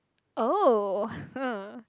oh